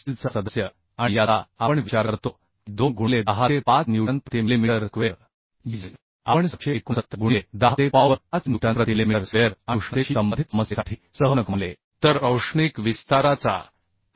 स्टीलचा मेम्बर आणि याचा आपण विचार करतो की 2 गुणिले 10 ते 5 न्यूटन प्रति मिलिमीटर स्क्वेअर पॉइजन प्रमाण देखील महत्वाचे आहे ज्याचा आपण सर्वसाधारणपणे 3 आणि रिजिडीटीचे